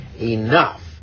enough